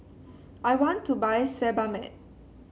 I want to buy Sebamed